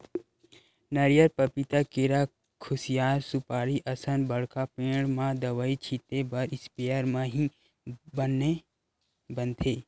नरियर, पपिता, केरा, खुसियार, सुपारी असन बड़का पेड़ म दवई छिते बर इस्पेयर म ही बने बनथे